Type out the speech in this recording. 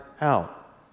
out